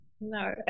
No